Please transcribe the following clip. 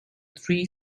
three